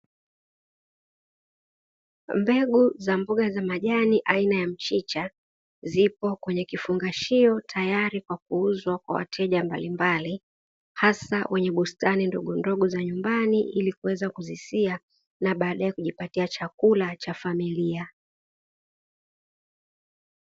Mbegu za mboga za majani aina ya mchicha zipo kwenye kifungashio tayari kwa kuuzwa kwa wateja mbalimbali, hasa wenye bustani ndogo ndogo za nyumbani ili kuweza kuzisia na baadaye kujipatia chakula cha familia.